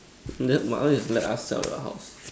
that my one is let us sell your house